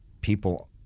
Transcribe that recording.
people